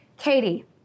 Katie